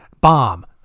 bomb